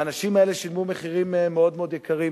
והאנשים האלה שילמו מחירים מאוד מאוד יקרים.